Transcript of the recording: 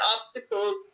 obstacles